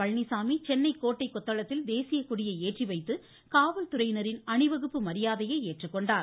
பழனிச்சாமி சென்னை கோட்டை கொத்தளத்தில் தேசியக் கொடியை ஏற்றிவைத்து காவல்துறையினரின் அணிவகுப்பு மரியாதையை ஏற்றுக்கொண்டார்